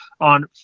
on